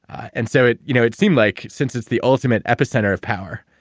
and so, it you know it seemed like, since it's the ultimate epicenter of power,